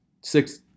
six